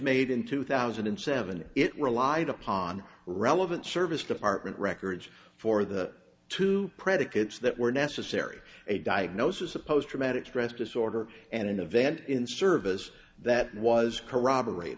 made in two thousand and seven and it relied upon relevant service department records for the two predicates that were necessary a diagnosis of post traumatic stress disorder and in the event in service that was